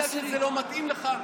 בגלל שזה לא מתאים לך,